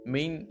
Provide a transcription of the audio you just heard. Main